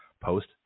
post